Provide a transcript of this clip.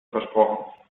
versprochen